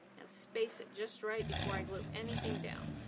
and space it just right before i glue anything down.